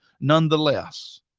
nonetheless